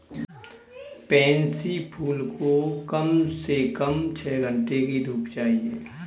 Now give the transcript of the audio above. pansy फूल को कम से कम छह घण्टे की धूप चाहिए